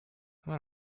what